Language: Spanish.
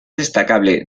destacable